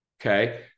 okay